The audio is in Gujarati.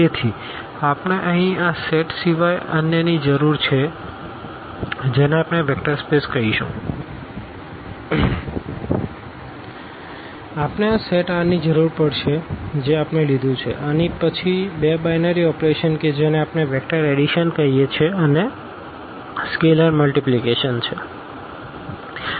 તેથી આપણે અહીં આ સેટ સિવાય અન્યની જરૂર છે જેને આપણે વેક્ટર સ્પેસ કહીશું આપણે આ સેટ Rની જરૂર પડશે જે આપણે લીધું છે અને પછી બે બાઈનરી ઓપરેશન કે જેને આપણે આ વેક્ટર એડિશન કહીએ છીએ અને આ સ્કેલેર મલ્ટીપ્લીકેશનછે